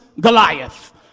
Goliath